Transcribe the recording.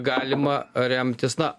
galima remtis na